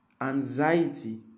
anxiety